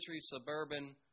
suburban